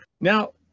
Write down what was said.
Now